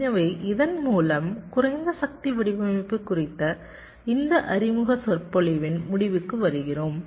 எனவே இதன் மூலம் குறைந்த சக்தி வடிவமைப்பு குறித்த இந்த அறிமுக சொற்பொழிவின் முடிவுக்கு வருகிறோம்